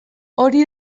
hori